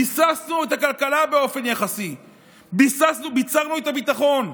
ביססנו את הכלכלה באופן יחסי, ביצרנו את הביטחון,